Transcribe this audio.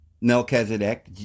Melchizedek